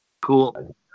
Cool